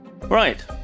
Right